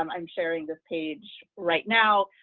um i'm sharing this page right now,